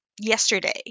yesterday